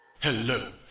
Hello